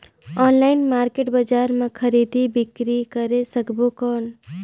Online market बजार मां खरीदी बीकरी करे सकबो कौन?